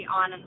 on